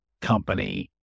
company